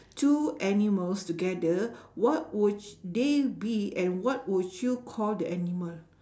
two animals together what would y~ they be and what would you call the animal